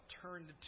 turned